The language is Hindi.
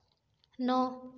नौ